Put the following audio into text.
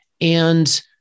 And-